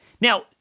Now